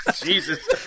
Jesus